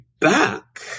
back